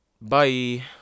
Bye